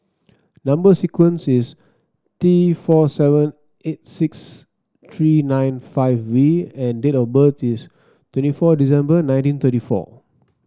number sequence is T four seven eight six three nine five V and date of birth is twenty four December nineteen thirty four